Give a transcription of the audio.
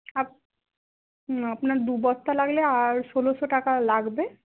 না আপনার দু বস্তা লাগলে আর ষোলোশো টাকা লাগবে